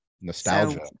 Nostalgia